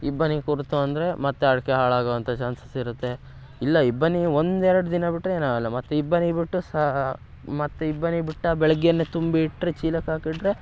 ಇಬ್ಬನಿ ಕೂರ್ತು ಅಂದರೆ ಮತ್ತೆ ಅಡಿಕೆ ಹಾಳಾಗುವಂತ ಚಾನ್ಸಸ್ ಇರುತ್ತೆ ಇಲ್ಲ ಇಬ್ಬನಿ ಒಂದೆರಡು ದಿನ ಬಿಟ್ಟರೆ ಏನಾಗಲ್ಲ ಮತ್ತೆ ಇಬ್ಬನಿ ಬಿಟ್ಟು ಸಹ ಮತ್ತೆ ಇಬ್ಬನಿ ಬಿಟ್ಟು ಬೆಳಗ್ಗೇನೆ ತುಂಬಿ ಇಟ್ಟರೆ ಚೀಲಕ್ಕೆ ಹಾಕಿಟ್ಟರೆ